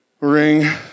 ring